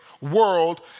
world